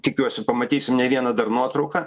tikiuosi pamatysim ne vieną dar nuotrauką